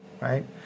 right